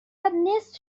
نصف